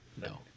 no